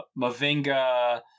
Mavinga